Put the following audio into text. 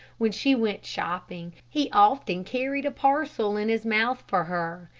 when she went shopping, he often carried a parcel in his mouth for her.